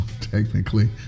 technically